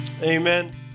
amen